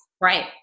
Right